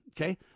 okay